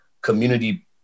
community